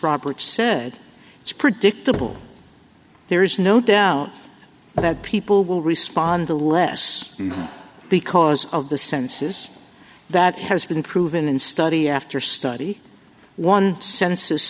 roberts said it's predictable there is no doubt that people will respond the less because of the census that has been proven in study after study one census